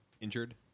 injured